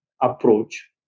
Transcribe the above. approach